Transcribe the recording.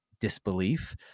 disbelief